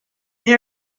they